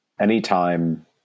Anytime